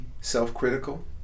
self-critical